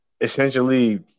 essentially